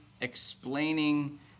explaining